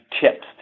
tips